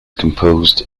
composed